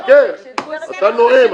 אני רוצה להבין.